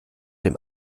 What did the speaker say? dem